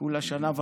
כולה שנה וחצי.